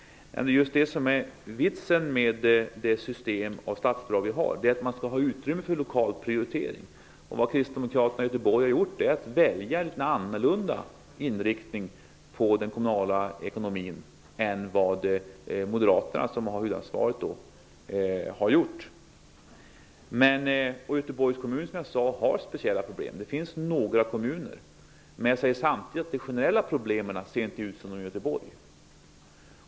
Vitsen med det statsbidragssystem som finns är att det skall finnas utrymme för en lokal prioritering. Kristdemokraterna i Göteborg har valt en annorlunda inriktning på den kommunala ekonomin än moderaterna, som har huvudansvaret, har gjort. Göteborgs kommun har, som jag sade, speciella problem. De generella problemen ser inte ut som i Göteborg.